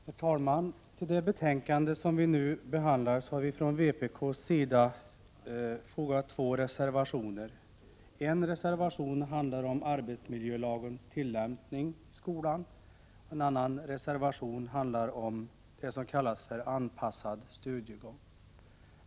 Herr talman! Till det betänkande som nu behandlas har vi från vpk fogat två reservationer. En reservation handlar om arbetsmiljölagens tillämpning i skolan. En annan reservation handlar om det som kallas anpassad stu ' diegång.